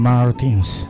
Martins